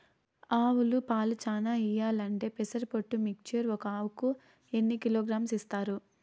ఆవులు పాలు చానా ఇయ్యాలంటే పెసర పొట్టు మిక్చర్ ఒక ఆవుకు ఎన్ని కిలోగ్రామ్స్ ఇస్తారు?